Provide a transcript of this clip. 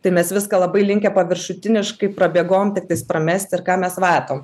tai mes viską labai linkę paviršutiniškai prabėgom tiktais pramesti ir ką mes matom